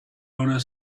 owner